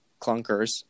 clunkers